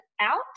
out